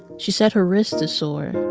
she said her wrist is sore.